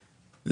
הקודם,